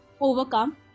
overcome